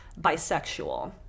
bisexual